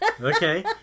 Okay